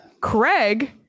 Craig